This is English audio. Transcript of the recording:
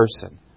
person